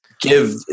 give